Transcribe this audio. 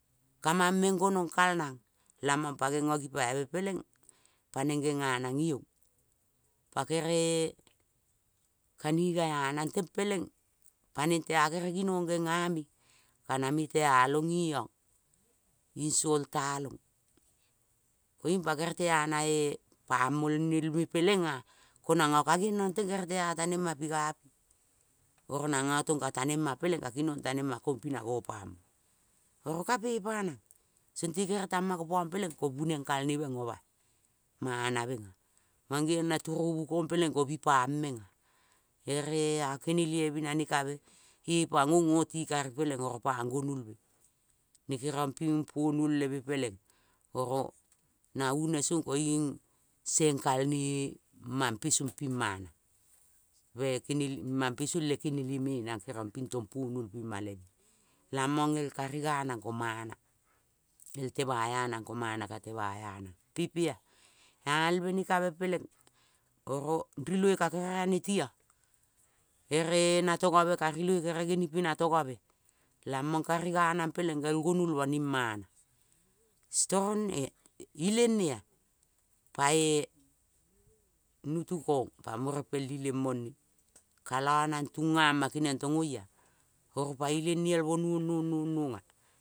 Kamangmeng gonong kal nang lanong pa ngengongi paibe peleng pa neng ngea nang ngiong. Pakeree kaningaea nang teng peleng, paneng, tea ngename kanametea long iongning salt tealong. Koing pakere tea napang monelme pelengea, konongo kangenrong gerel tea tanema pigapi. Oronongo tong ka tanema peleng tonka tanema na kinong ngopang ma. Oro ka pepang, tekere tama kopong peleng ko buneng kal ne mengea omaea. Mana mengea mangiong, mangeiong na turubu kong peleng ko bioang mangea. Erea kenelioi binane kabe, epang ong otikan peleng oropang gonulmea. Ne kenong ping pumuol leme peleng, ko go na une song koing geng kalne mampe song ping mana e kenelie mang pengsong le kenelie na kenong ping tong ponuolme paleng me lamong el kan ganang ko mana. El temsea nang komana ka temaea nang pimpia. Albe ne kabe peleng korgo riloi ka gere rane ti oa, ere natongobekanroi gerel genipi natongobe lamong kan ganang peleng ngel gonulmo ning mana. Strong nea ileng nea pae mutukong pamo repel ilengmongnea kalo nangtungama kenion tongoea oropa ileng nielmo nuong nuong nuonges.